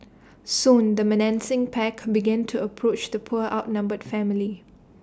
soon the menacing pack began to approach the poor outnumbered family